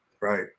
Right